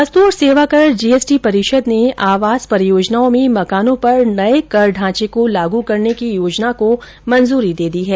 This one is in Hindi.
वस्तु और सेवाकर जीएसटी परिषद ने आवास परियोजनाओं में मकानों पर नये कर ढांचे को लागू करने की योजना को मंजूरी दे दी है